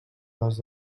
les